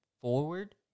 forward